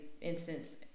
instance